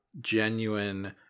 genuine